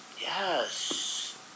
Yes